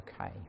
okay